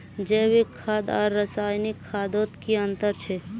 जैविक खाद आर रासायनिक खादोत की अंतर छे?